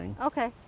Okay